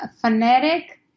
phonetic